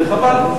זה חבל.